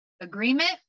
Agreement